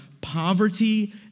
poverty